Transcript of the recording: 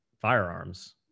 firearms